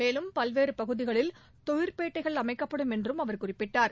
மேலும் பல்வேறு பகுதிகளில் தொழிற்பேட்டைகள் அமைக்கப்படும் என்றும் அவர் தெரிவித்தார்